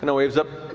and waves up.